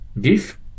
Give